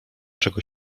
czego